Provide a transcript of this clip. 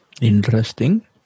Interesting